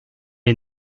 est